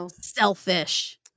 selfish